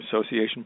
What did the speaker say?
Association